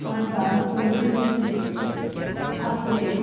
आमकां सोडून गेल्ले आपले